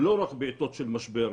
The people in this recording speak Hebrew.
ולא רק בעתות של משבר,